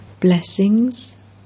Blessings